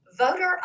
Voter